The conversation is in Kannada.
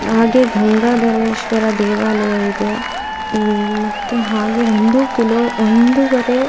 ಹಾಗೇ ಗಂಗಾಧರೇಶ್ವರ ದೇವಾಲಯ ಇದೆ ಮತ್ತು ಹಾಗೇ ಒಂದು ಕಿಲೋ ಒಂದೂವರೆ